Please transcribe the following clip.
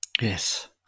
yes